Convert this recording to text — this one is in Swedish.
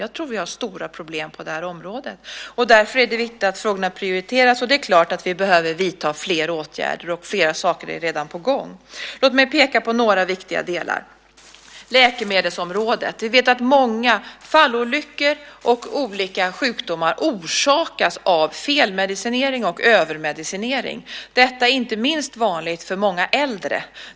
Jag tror att vi har stora problem på det här området, och därför är det viktigt att frågorna prioriteras. Det är klart att vi behöver vidta ytterligare åtgärder, och flera saker är redan på gång. Låt mig peka på några viktiga delar. Jag vill börja med frågan om läkemedel. Vi vet att många fallolyckor och olika sjukdomar orsakas av felmedicinering och övermedicinering. Detta är vanligt inte minst bland många äldre.